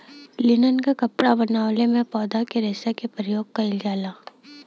linen क कपड़ा बनवले में पौधा के रेशा क परयोग कइल जाला